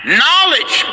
knowledge